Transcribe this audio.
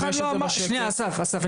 שנייה אסף, אסף.